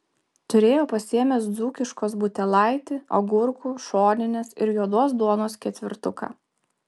turėjo pasiėmęs dzūkiškos butelaitį agurkų šoninės ir juodos duonos ketvirtuką